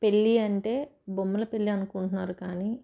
పెళ్ళి అంటే బొమ్మల పెళ్ళి అనుకుంటున్నారు కానీ